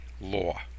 law